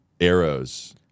arrows